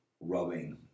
rubbing